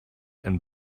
and